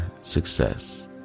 success